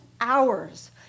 hours